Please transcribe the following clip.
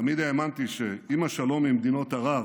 תמיד האמנתי שאם השלום עם מדינות ערב